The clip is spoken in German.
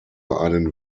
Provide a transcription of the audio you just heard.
einen